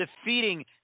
defeating